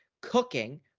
cooking